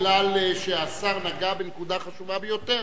מכיוון שהשר נגע בנקודה חשובה ביותר.